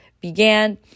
began